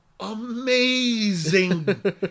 amazing